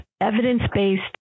evidence-based